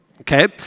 okay